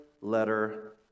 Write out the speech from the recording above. letter